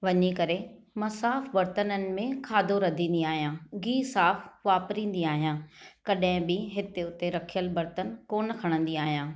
वंञी करे मां साफ़ बर्तननि में खाधो रधिंधी आहियां गीहु साफ़ वापरींदी आहियां कॾहिं बि हिते हुते रखियल बर्तन कोन्ह खणंदी आहियां